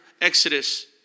Exodus